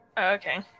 Okay